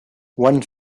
one